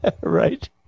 right